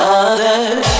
others